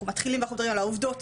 כפי שכבר נאמר העובדות,